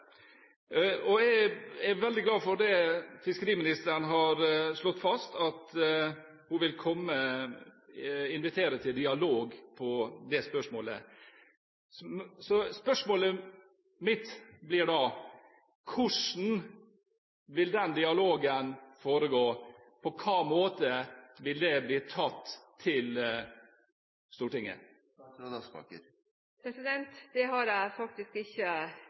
Jeg er veldig glad for det som fiskeriministeren har slått fast, at hun vil invitere til dialog om det spørsmålet. Så spørsmålet mitt blir da: Hvordan vil den dialogen foregå, på hvilken måte vil dette bli tatt til Stortinget? Jeg har faktisk ikke tatt stilling til hvordan den dialogen skal foregå, men jeg